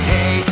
Hey